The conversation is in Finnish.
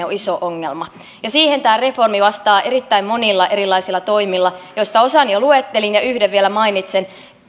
on iso ongelma ja siihen tämä reformi vastaa erittäin monilla erilaisilla toimilla joista osan jo luettelin ja yhden esimerkin vielä mainitsen